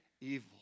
evil